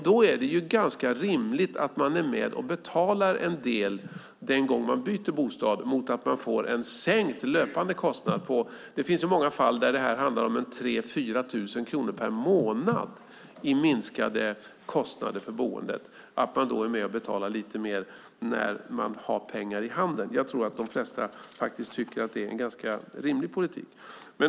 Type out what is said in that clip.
Då är det ganska rimligt att man är med och betalar en del den gång man byter bostad. När man får en sänkt löpande kostnad för boendet på 3 000-4 000 kronor per månad, som det i många fall handlar om, kan man vara med och betala lite mer när man har pengar i handen. Jag tror att de flesta tycker att det är en ganska rimlig politik.